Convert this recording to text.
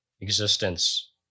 existence